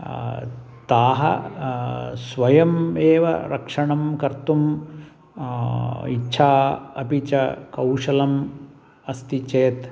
ताः स्वयम् एव रक्षणं कर्तुम् इच्छा अपि च कौशलम् अस्ति चेत्